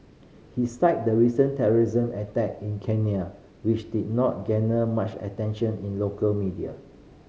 he cited the recent terrorism attack in Kenya which did not garner much attention in local media